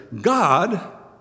God